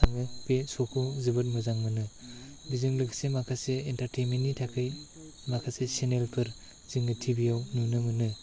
आङो बे श'खौ जोबोद मोजां मोनो बेजों लोगोसे माखासे इन्टारटेनमेन्टनि थाखाय माखासे चेनेलफोर जोंनि टिभिआव नुनो मोनो